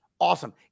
Awesome